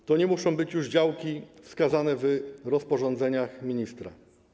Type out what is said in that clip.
To już nie muszą być działki wskazane w rozporządzeniach ministra.